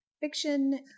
fiction